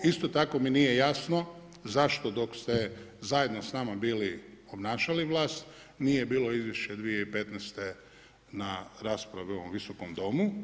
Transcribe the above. Isto tako mi nije jasno, zašto, dok ste zajedno s nama, bili, obnašali vlast, nije bilo izvješće 2015. na raspravu u ovom Visokom domu.